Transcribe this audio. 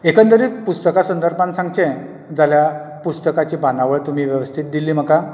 एकंदरीत पुस्तका सर्दभान सांगचें जाल्यार पुस्तकाची बांदावळ तुमी वेवस्थीत दिल्ली म्हाका